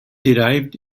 derived